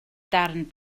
darn